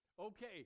okay